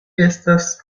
estas